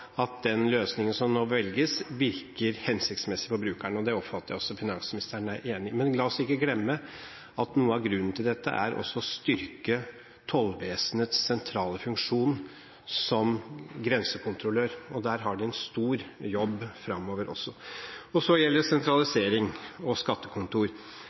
at den løsningen som nå velges, virker hensiktsmessig for brukeren. Det oppfatter jeg også at finansministeren er enig i. Men la oss ikke glemme at noe av grunnen til dette er å styrke Tollvesenets sentrale funksjon som grensekontrollør, og der har de en stor jobb fremover også. Så gjelder det sentralisering og skattekontor: